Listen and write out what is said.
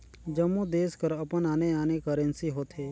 जम्मो देस कर अपन आने आने करेंसी होथे